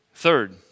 Third